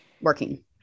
working